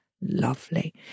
Lovely